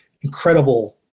incredible